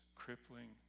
crippling